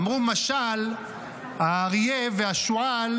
אמרו: משל האריה והשועל,